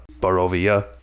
Barovia